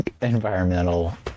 environmental